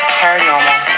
paranormal